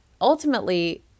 ultimately